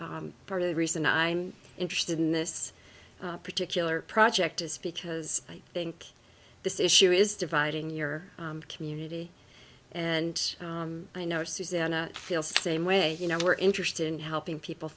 part of the recent i'm interested in this particular project is because i think this issue is dividing your community and i know susannah feels the same way you know we're interested in helping people